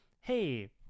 Hey